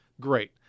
great